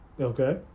Okay